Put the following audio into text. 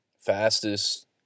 fastest